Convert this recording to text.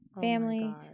family